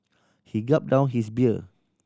he gulp down his beer